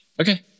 okay